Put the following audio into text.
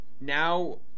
now